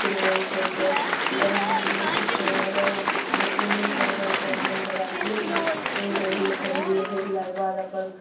सिलबय छै तऽ जेना किछु होलय ऊनेसँ होलय तब जेना बजारमे जे चीज ऊन गेलियै खरिदलियै खरिदलाके बाद अपन